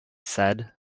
said